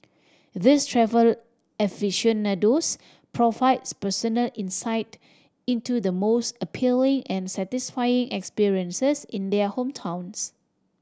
these travel aficionados provide personal insight into the most appealing and satisfying experiences in their hometowns